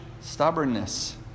stubbornness